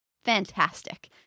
fantastic